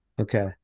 okay